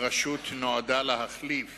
הרשות נועדה להחליף